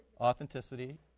Authenticity